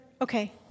okay